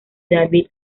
david